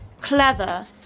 clever